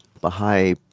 Baha'i